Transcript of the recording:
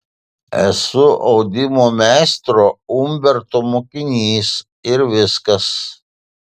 esu audimo meistro umberto mokinys ir viskas